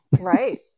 Right